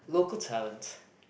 local talent